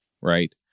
Right